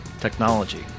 technology